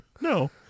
No